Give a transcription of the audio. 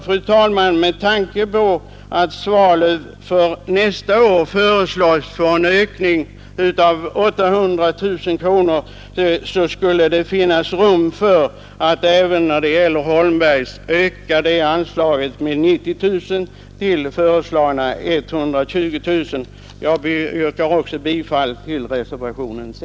Fru talman! Med tanke på att anslaget till Svalöv för nästa år föreslås ökat med 800 000 kronor borde det finnas rum för att även höja anslaget till Algot Holmberg och Söner AB med 90 000 kronor till 120 000 kronor. Jag yrkar därför bifall till reservationen 6.